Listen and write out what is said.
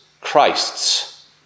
Christ's